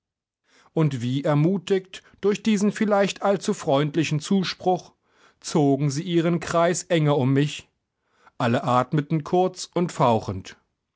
und wie ermutigt durch diesen vielleicht allzu freundlichen zuspruch zogen sie ihren kreis enger um mich alle atmeten kurz und fauchend